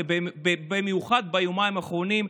ובמיוחד ביומיים האחרונים,